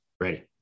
Ready